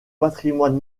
patrimoine